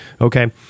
Okay